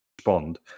respond